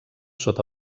sota